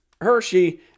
Hershey